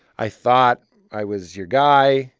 i thought i was your guy.